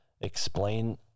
explain